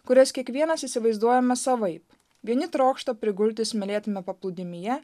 kurias kiekvienas įsivaizduojame savaip vieni trokšta prigulti smėlėtame paplūdimyje